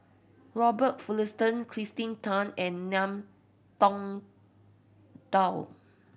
Robert Fullerton Kirsten Tan and Ngiam Tong Dow